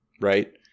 right